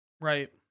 right